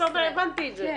הבנתי את זה.